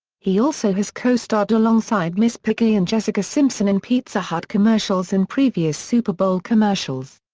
he also has co-starred alongside miss piggy and jessica simpson in pizza hut commercials in previous super bowl commercials.